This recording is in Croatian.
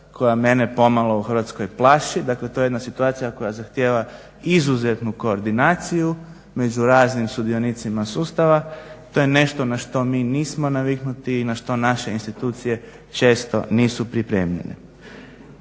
koja mene pomalo u Hrvatskoj plaši, dakle to je jedna situacija koja zahtijeva izuzetnu koordinaciju među raznim sudionicima sustava. To je nešto na što mi nismo naviknuti i na što naše institucije često nisu pripremljene.